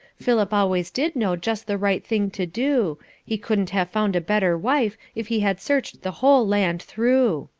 philip always did know just the right thing to do he couldn't have found a better wife if he had searched the whole land through.